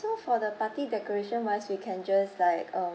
so for the party decoration wise we can just like um